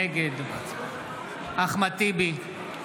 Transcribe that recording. נגד אחמד טיבי,